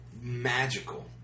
magical